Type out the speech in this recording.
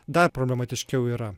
dar problematiškiau yra